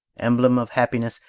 emblem of happiness,